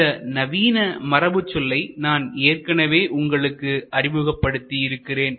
இந்த நவீன மரபு சொல்லைப் நான் ஏற்கனவே உங்களுக்கு அறிமுகப்படுத்தி இருக்கிறேன்